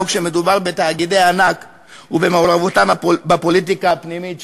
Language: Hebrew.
כשמדובר בתאגידי ענק ובמעורבותם בפוליטיקה הפנימית שלנו,